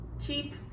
cheap